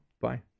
Bye